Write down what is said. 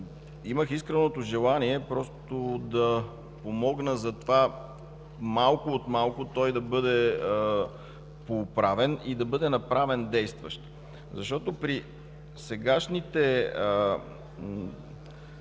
имах искреното желание да помогна за това малко от малко той да бъде пооправен и да бъде направен действащ. При сегашните